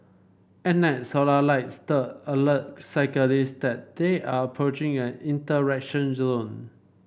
at night solar light stud alert cyclist that they are approaching an interaction zone